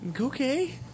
Okay